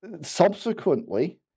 Subsequently